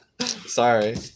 sorry